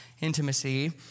intimacy